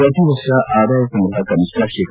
ಪ್ರತಿ ವರ್ಷ ಆದಾಯ ಸಂಗ್ರಹ ಕನಿಷ್ಠ ಶೇ